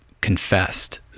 confessed